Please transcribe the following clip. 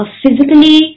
physically